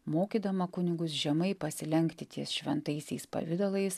mokydama kunigus žemai pasilenkti ties šventaisiais pavidalais